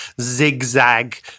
zigzag